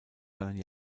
seine